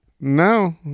No